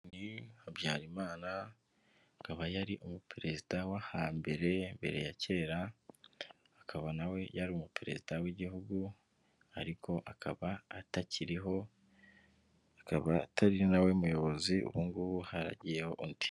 Habyarimana akaba yari umuperezida wo hambere, mbere ya kera akaba nawe yari umuperezida w'igihugu ariko akaba atakiriho akaba atari nawe muyobozi ubungubu hagiyeho undi.